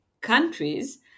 countries